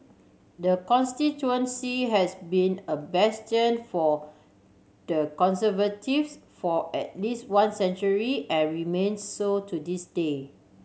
the constituency has been a bastion for the Conservatives for at least one century and remains so to this day